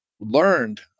Learned